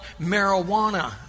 Marijuana